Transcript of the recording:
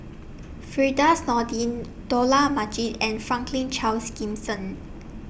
Firdaus Nordin Dollah Majid and Franklin Charles Gimson